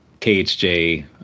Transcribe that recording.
KHJ